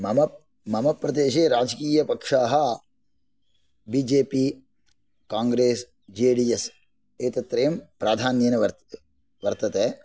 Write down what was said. मम प्रदेशे राजकीयपक्षाः BJP Congress JDS एतत्रयं प्राधान्येन वर्तते वर्तते